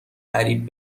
قریب